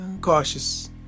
cautious